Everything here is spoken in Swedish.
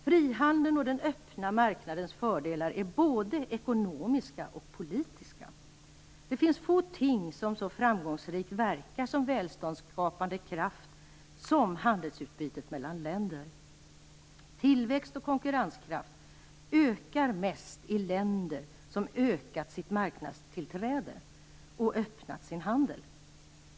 Frihandelns och den öppna marknadens fördelar är både ekonomiska och politiska. Det finns få ting som så framgångsrikt verkar som välståndsskapande kraft som handelsutbytet mellan länder. Tillväxt och konkurrenskraft ökar mest i länder som ökat sitt marknadstillträde och öppnat sin handel.